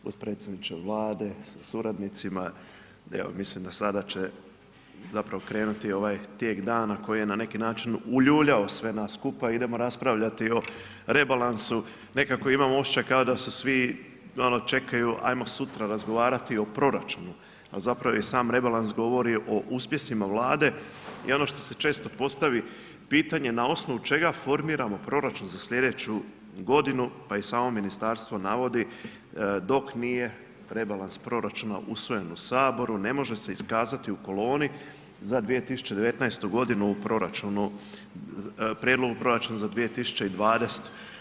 Potpredsjedniče Vlade sa suradnicima, evo mislim da sada će zapravo krenuti ovaj tijek dana koji je na neki način uljuljao sve nas skupa idemo raspravljati o rebalansu, nekako imam osjećaj kao da su svi ono čekaju ajmo sutra razgovarati o proračunu, ali zapravo i sam rebalans govori o uspjesima Vlade i ono što se često postavi pitanje na osnovu čega formiramo proračun za slijedeću godinu, pa i samo ministarstvo navodi dok nije rebalans proračun usvojen u saboru ne može se iskazati u koloni za 2019. u proračunu, prijedlogu proračuna za 2020.